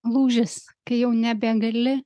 lūžis kai jau nebegali